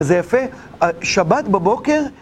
זה יפה, שבת בבוקר...